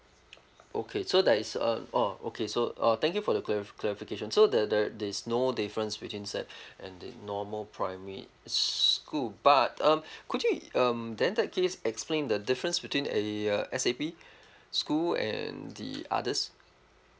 okay so there is uh oh okay so uh thank you for the clari~ clarification so the~ the~ there is no difference between SAP and the normal primary school but um could you um then that case explain the difference between a uh S_A_P school and the others